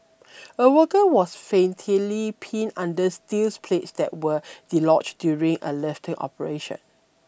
a worker was fatally pinned under steel plates that were dislodged during a lifting operation